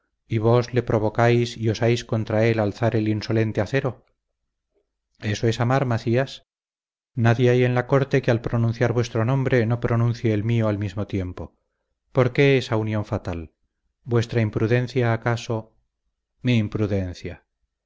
y vos le provocáis y osáis contra él alzar el insolente acero eso es amar macías nadie hay en la corte que al pronunciar vuestro nombre no pronuncie el mío al mismo tiempo por qué esa unión fatal vuestra imprudencia acaso mi imprudencia